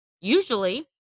Usually